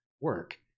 work